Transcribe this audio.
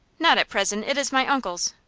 not at present. it is my uncle's.